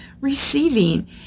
receiving